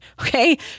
Okay